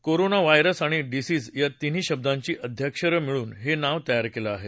corona virus आणि disease या तिन्ही शब्दांची आद्याक्षरं मिळून हे नाव तयार केलं आहे